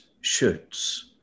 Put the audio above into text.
shoots